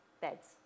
beds